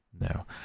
No